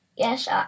Yes